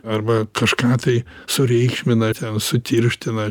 arba kažką tai sureikšmina ten sutirština